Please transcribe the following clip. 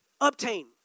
obtain